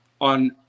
on